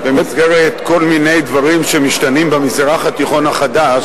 במסגרת כל מיני דברים שמשתנים במזרח התיכון החדש,